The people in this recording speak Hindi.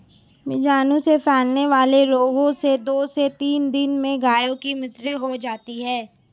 बीजाणु से फैलने वाले रोगों से दो से तीन दिन में गायों की मृत्यु हो जाती है